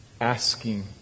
asking